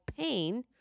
pain